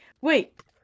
wait